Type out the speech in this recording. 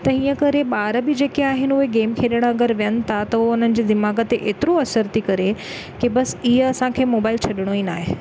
त हीउ करे ॿार बि जेके आहिनि उहे गेम खेॾण अगरि विहनि था थो हुननि जे दिमाग़ ते एतिरो असर थी करे की बसि इहा असांखे मोबाइल छॾिणो ई न आहे